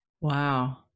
Wow